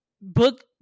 book